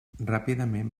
ràpidament